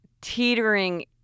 teetering